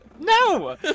No